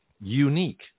unique